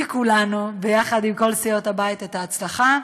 כולנו, יחד עם כל סיעות הבית, את ההצלחה.